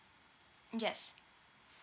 yes